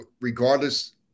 regardless